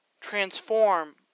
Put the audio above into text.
Transform